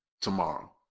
tomorrow